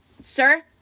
Sir